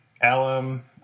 alum